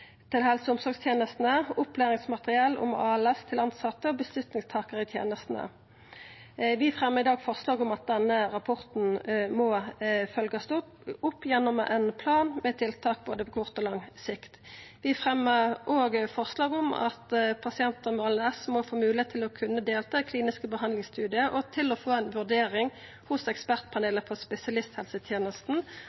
helse- og omsorgstenestene og opplæringsmateriell om ALS til tilsette og avgjerdstakarar i tenestene. Vi fremjar i dag forslag om at denne rapporten må følgjast opp gjennom ein plan med tiltak på både kort og lang sikt. Vi fremjar òg forslag om at pasientar med ALS må få moglegheit til å kunna delta i kliniske behandlingsstudiar og til å få ei vurdering hos